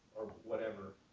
whatever.